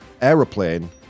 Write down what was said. Aeroplane